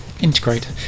Integrate